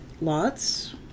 lots